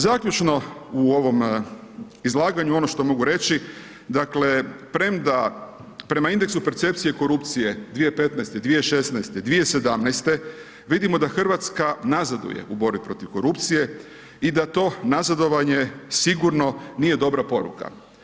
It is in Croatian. Zaključno, u ovom izlaganju, ono što mogu reći, dakle, premda prema indeksu percepcije korupcije 2015., 2016., 2017. vidimo da Hrvatska nazaduje u borbi protiv korupcije i da to nazadovanje sigurno nije dobra poruka.